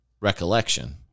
recollection